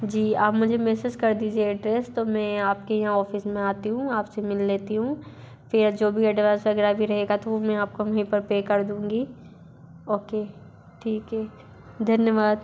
जी आप मुझे मेसेस कर दीजिए एड्रेस तो मैं आप के यहाँ ऑफिस में आती हूँ आप से मिल लेती हूँ फिर या जो भी एडवांस वग़ैरह भी रहेगा तो वो मैं आप को वहीं पर पे कर दूँगी ओके ठीक है धन्यवाद